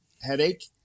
headache